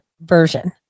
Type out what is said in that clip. version